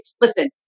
Listen